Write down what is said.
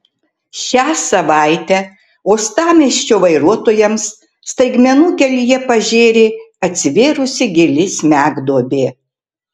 šią savaitę uostamiesčio vairuotojams staigmenų kelyje pažėrė atsivėrusi gili smegduobė